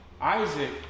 Isaac